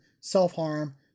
self-harm